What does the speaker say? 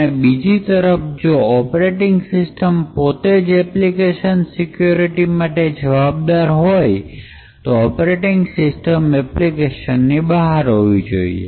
અને બીજી તરફ જો ઓપરેટિંગ સિસ્ટમ પોતે જ એપ્લિકેશનની સિક્યોરિટી માટે જવાબદાર હોય તો ઓપરેટિંગ સિસ્ટમ એપ્લિકેશન ની બહાર હોવી જોઈએ